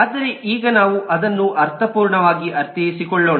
ಆದರೆ ಈಗ ನಾವು ಅದನ್ನು ಅರ್ಥಪೂರ್ಣವಾಗಿ ಅರ್ಥೈಸಿಕೊಳ್ಳೋಣ